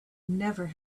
never